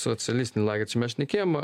socialistinį lagerį čia mes šnekėjom